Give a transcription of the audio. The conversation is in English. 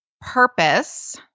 purpose